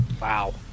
Wow